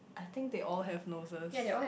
I think they all have noses